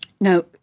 Now